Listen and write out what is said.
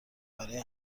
برای